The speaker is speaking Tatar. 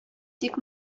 тик